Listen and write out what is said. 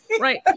Right